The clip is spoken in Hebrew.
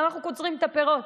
ואנחנו קוצרים את הפירות.